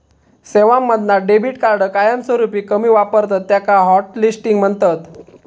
सेवांमधना debit card कायमस्वरूपी कमी वापरतत त्याका हॉटलिस्टिंग म्हणतत